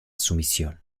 sumisión